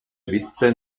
witze